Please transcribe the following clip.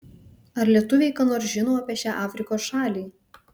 ar lietuviai ką nors žino apie šią afrikos šalį